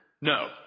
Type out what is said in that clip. No